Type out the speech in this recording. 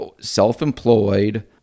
self-employed